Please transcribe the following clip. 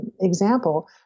example